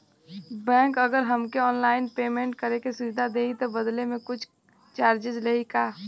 Bank अगर हमके online payment करे के सुविधा देही त बदले में कुछ चार्जेस लेही का?